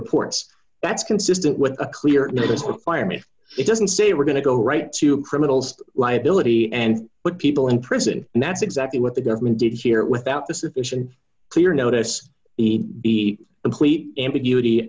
reports that's consistent with a clear that is not fire me it doesn't say we're going to go right to criminals liability and but people in prison and that's exactly what the government did here without the sufficient clear notice be complete ambiguity